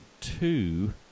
two